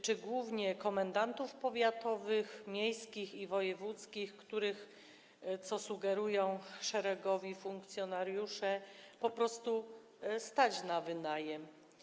Czy głównie komendantów powiatowych, miejskich i wojewódzkich, których, co sugerują szeregowi funkcjonariusze, po prostu stać na wynajem?